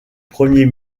premier